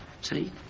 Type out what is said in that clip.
See